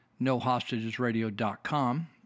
nohostagesradio.com